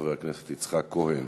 חבר הכנסת יצחק כהן.